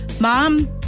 Mom